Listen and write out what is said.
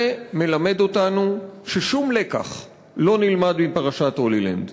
זה מלמד אותנו ששום לקח לא נלמד מפרשת "הולילנד".